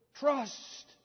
Trust